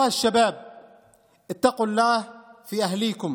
חבר הכנסת אלהואשלה.